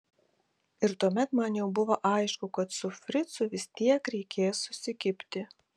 ir tuomet man jau buvo aišku kad su fricu vis tiek reikės susikibti